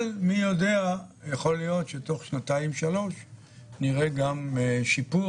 אבל יכול להיות שתוך שנתיים שלוש נראה שיפור.